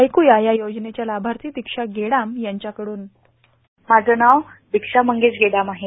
ऐकुया या योजनेच्या लाभार्थी दीक्षा गेडाम यांच्या कडून साउंड बाईट माझं नाव दीक्षा मंगेश गेडाम आहे